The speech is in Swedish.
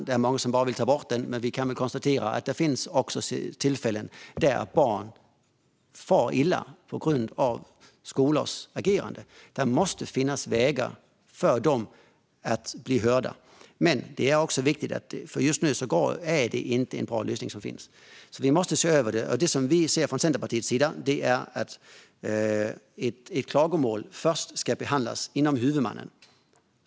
Det är många som vill ta bort den funktionen, men vi kan konstatera att det också finns tillfällen där barn far illa på grund av skolors agerande. Det måste finnas vägar för dem att bli hörda, men den lösning som finns just nu är inte bra. Vi måste se över detta. Vi i Centerpartiet anser att ett klagomål först ska behandlas av huvudmannen.